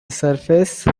surface